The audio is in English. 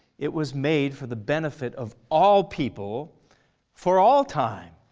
it was made for the benefit of all people for all time.